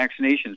vaccinations